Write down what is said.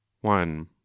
one